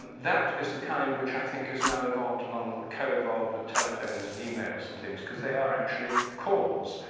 that is the kind which i think has now evolved along co-evolved with telephones and emails and things because they are actually calls.